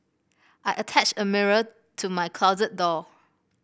I attached a mirror to my closet door